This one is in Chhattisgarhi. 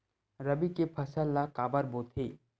रबी के फसल ला काबर बोथे?